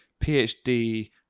phd